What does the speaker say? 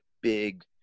big